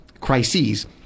crises